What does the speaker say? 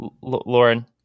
lauren